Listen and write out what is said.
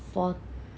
four